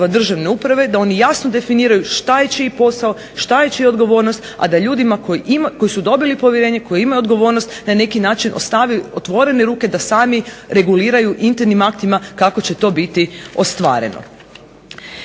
državne uprave, da oni jasno definiraju što je čiji posao, što je čija odgovornost, a da ljudima koji su dobili povjerenje, koji imaju odgovornost na neki način ostave otvorene ruke da sami reguliraju internim aktima kako će to biti ostvareno.